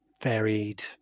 varied